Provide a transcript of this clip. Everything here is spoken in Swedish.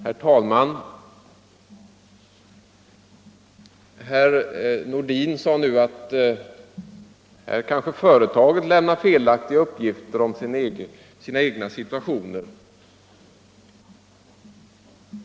Herr talman! Herr Nordin sade nu att det här företaget kanske lämnat felaktiga uppgifter om sin egen situation.